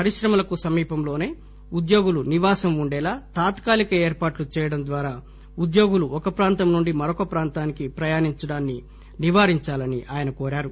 పరిశ్రమలకు సమీపంలోసే ఉద్యోగులు నివాసం ఉండేలా తాత్కాలిక ఏర్పాట్లు చేయడం ద్వారా ఉద్యోగులు ఒక ప్రాంతం నుండి మరోక ప్రాంతానికి ప్రయాణించడాన్ని నివారించాలని ఆయన కోరారు